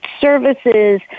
services